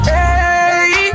Hey